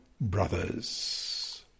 brothers